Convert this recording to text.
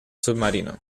submarino